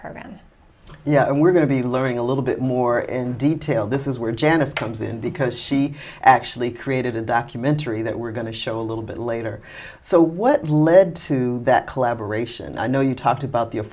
program yeah we're going to be learning a little bit more in detail this is where janice comes in because she actually created a documentary that we're going to show a little bit later so what led to that collaboration i know you talked about